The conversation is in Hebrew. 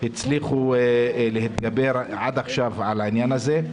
הצליחו להתגבר עד עכשיו על העניין הזה.